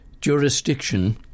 jurisdiction